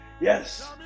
Yes